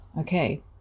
Okay